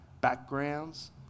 backgrounds